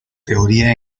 teoría